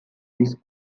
this